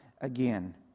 again